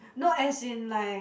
not as in like